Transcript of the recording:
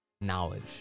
knowledge